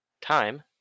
time